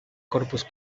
corpus